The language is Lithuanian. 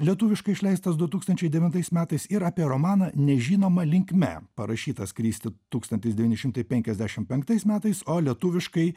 lietuviškai išleistas du tūkstančiai devintais metais ir apie romaną nežinoma linkme parašytas kristi tūkstantis devyni šimtai penkiasdešim penktais metais o lietuviškai